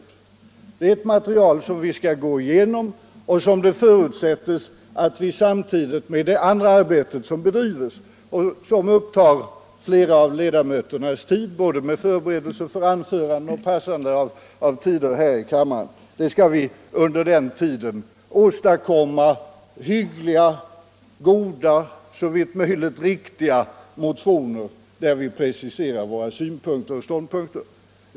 Det är ett material som vi skall gå igenom, och det förutsätts att vi samtidigt med det andra arbete som bedrivs — förberedelse för anföranden och passande av tider här i kammaren — skall åstadkomma hyggliga, goda och såvitt möjligt riktiga motioner, där vi preciserar våra synpunkter och ståndpunkter.